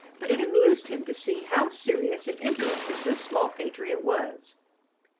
but it amused him to see how serious and interested this small patriot was.